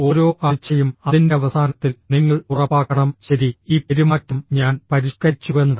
ഓരോ ആഴ്ചയും അതിന്റെ അവസാനത്തിൽ നിങ്ങൾ ഉറപ്പാക്കണം ശരി ഈ പെരുമാറ്റം ഞാൻ പരിഷ്ക്കരിച്ചുവെന്ന്